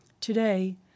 Today